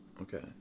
Okay